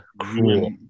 cruel